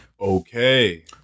Okay